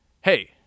hey